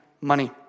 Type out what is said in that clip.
money